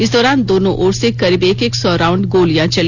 इस दौरान दोनों ओर से करीब एक एक सौ राउंड गोलियां चली